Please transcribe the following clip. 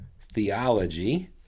theology